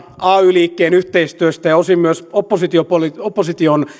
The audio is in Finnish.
ay liikkeen yhteistyöstä ja osin myös opposition